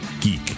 geek